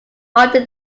after